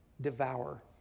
devour